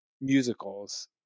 musicals